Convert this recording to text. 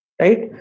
right